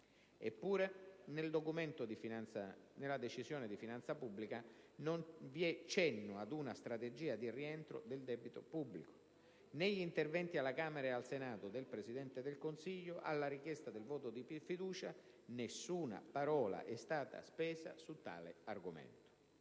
Eppure nella Decisione di finanza pubblica non vi è cenno ad una strategia di rientro del debito pubblico. Negli interventi alla Camera e al Senato del Presidente del Consiglio, alla richiesta del voto di fiducia, nessuna parola è stata spesa su tale argomento.